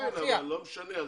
זה לא משנה.